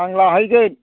आं लाहैगोन